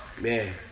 Man